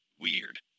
weird